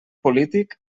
polític